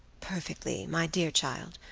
perfectly, my dear child.